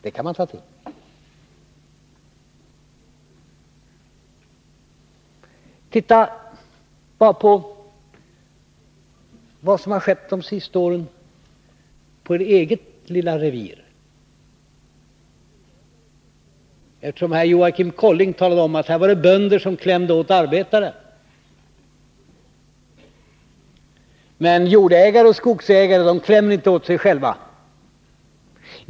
Det kan man ta till. Se bara på vad som har skett de senaste åren på ert eget lilla revir. Joachim Colling talade om att det var bönder som klämde åt arbetare. Men jordägare och skogsägare klämmer inte åt sig själva.